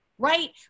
Right